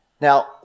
Now